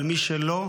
אבל מי שלא,